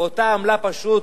ואותה עמלה פשוט